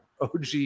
OG